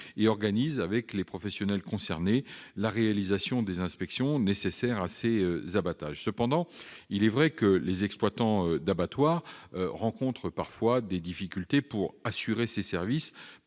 et organisent avec les professionnels concernés la réalisation des inspections nécessaires à ces abattages. Cependant, il est vrai que les exploitants d'abattoir rencontrent parfois des difficultés pour assurer ces services,